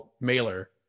mailer